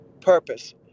purpose